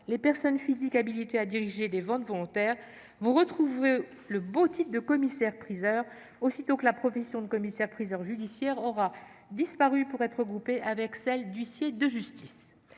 les personnes physiques habilitées à diriger des ventes volontaires vont retrouver le beau titre de « commissaire-priseur », aussitôt que la profession de commissaire-priseur judiciaire aura disparu pour être fusionnée avec celle d'huissier de justice.